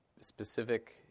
specific